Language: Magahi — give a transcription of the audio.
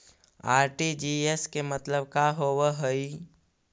आर.टी.जी.एस के मतलब का होव हई?